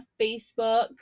Facebook